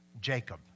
Jacob